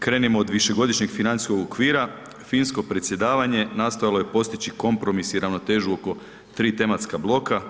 Krenimo od višegodišnjeg financijskog okvira, finsko predsjedavanje nastojalo je postići kompromis i ravnotežu oko tri tematska bloka.